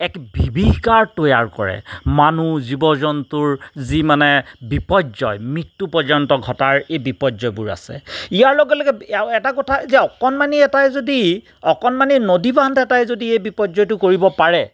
এক বিভীষিকাৰ তৈয়াৰ কৰে মানুহ জীৱ জন্তুৰ যি মানে বিপৰ্যয় মৃত্যু পৰ্যন্ত ঘটাৰ এই বিপৰ্যয়বোৰ আছে ইয়াৰ লগে লগে আৰু এটা কথা যে অকণমানি এটাই যদি অকণমানি নদীবান্ধ এটাই যদি এই বিপৰ্যয়টো কৰিব পাৰে